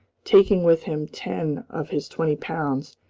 taking with him ten of his twenty pounds,